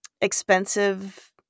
expensive